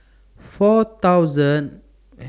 four thousand